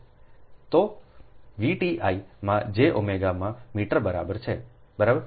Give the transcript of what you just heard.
તો V t I માં j omega meter બરાબર છે બરાબર